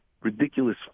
ridiculous